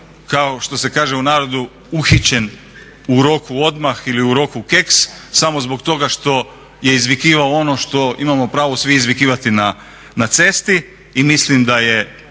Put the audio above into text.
kao što se kaže u narodu uhićen u roku odmah ili u roku keks samo zbog toga što je izvikivao ono što imamo pravo svi izvikivati na cesti i mislim da je